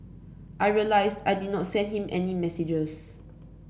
I realised I did not send him any messages